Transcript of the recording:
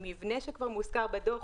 עם מבנה שכבר מוזכר בדוח.